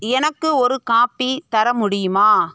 எனக்கு ஒரு காப்பி தர முடியுமா